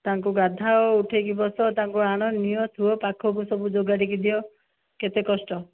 ତାଙ୍କୁ ଗାଧାଅ ଉଠାଇକି ବସାଅ ତାଙ୍କୁ ଆଣ ନିଅ ଥୁଅ ପାଖକୁ ସବୁ ଯୋଗାଡ଼ିକି ଦିଅ କେତେ କଷ୍ଟ